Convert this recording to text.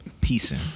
peacing